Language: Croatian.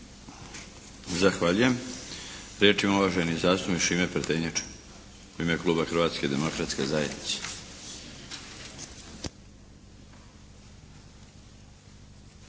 Zahvaljujem. Riječ ima uvaženi zastupnik Šime Prtenjača u ime kluba Hrvatske demokratske zajednice.